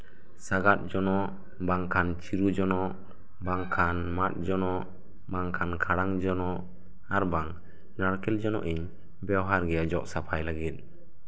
ᱥᱟᱜᱟᱫ ᱡᱚᱱᱚᱜ ᱵᱟᱝᱠᱷᱟᱱ ᱪᱤᱨᱩ ᱡᱚᱱᱚᱜ ᱵᱟᱝᱠᱷᱟᱱ ᱢᱟᱜ ᱡᱚᱱᱚᱜ ᱵᱟᱝᱠᱷᱟᱱ ᱠᱷᱟᱲᱟᱝ ᱡᱚᱱᱚᱜ ᱟᱨ ᱵᱟᱝ ᱱᱟᱲᱠᱮᱞ ᱡᱚᱱᱚᱜ ᱤᱧ ᱵᱮᱵᱚᱦᱟᱨ ᱜᱮᱭᱟ ᱡᱚᱜ ᱥᱟᱯᱷᱟᱭ ᱞᱟᱹᱜᱤᱫ